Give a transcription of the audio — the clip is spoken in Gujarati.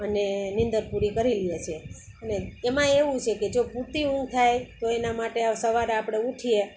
અને નીંદર પૂરી કરી લે છે અને એમા એવું છે કે જો પૂરતી ઊંઘ થાય તો એના માટે આ સવારે આપણે ઉઠીએ